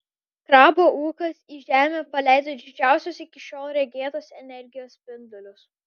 krabo ūkas į žemę paleido didžiausios iki šiol regėtos energijos spindulius